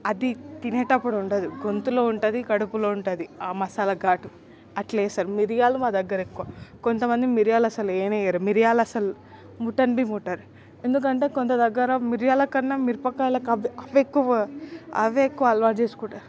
అది తినేటప్పుడుండదు గొంతులో ఉంటది కడుపులో ఉంటుంది ఆ మసాల ఘాటు అట్లేస్తరు మిరియాలు మా దగ్గరెక్కువ కొంతమంది మిరియాలసలేం ఏయరు మిరియాలసలు ముట్టన్బి ముట్టరు ఎందుకంటే కొందరి దగ్గర మిరియాల కన్నా మిరపకాయలకవే అవెక్కువ అవెక్కువ అలవాటు చేసుకుంటరు